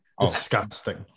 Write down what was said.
disgusting